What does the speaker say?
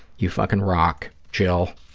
you fucking rock, jill.